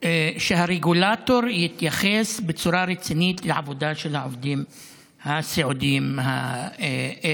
ואפשרות שהרגולטור יתייחס בצורה רצינית לעבודה של עובדי הסיעוד האלה.